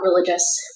religious